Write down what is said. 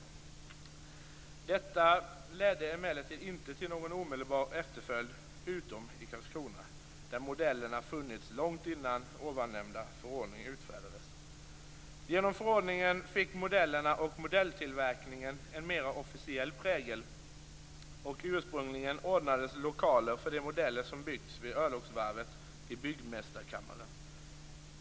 Detta ledde emellertid inte till någon omedelbar efterföljd utom i Karlskrona, där modeller funnits långt innan ovannämnda förordning utfärdades. Genom förordningen fick modellerna och modelltillverkningen en mera officiell prägel, och ursprungligen ordnades lokaler för de modeller som byggts vid örlogsvarvet i byggmästarkammaren.